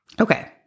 Okay